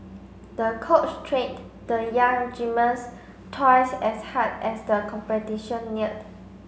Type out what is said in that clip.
the coach trained the young gymnast twice as hard as the competition neared